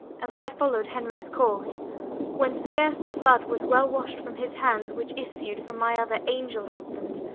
as i follow'd henry's corse when scarce the blood was well wash'd from his hands which issued from my other angel husband,